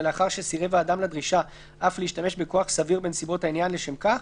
ולאחר שסירב האדם לדרישה אף להשתמש בכוח סביר בנסיבות העניין לשם כך,